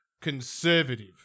conservative